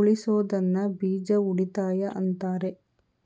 ಉಳಿಸೋದನ್ನ ಬೀಜ ಉಳಿತಾಯ ಅಂತಾರೆ